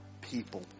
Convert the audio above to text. people